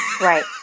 Right